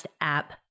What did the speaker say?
app